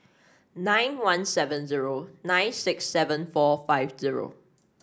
nine one seven zero nine six seven four five zero